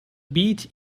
beach